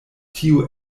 tio